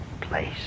place